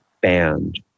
banned